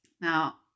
Now